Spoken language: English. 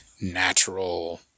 natural